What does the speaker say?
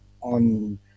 on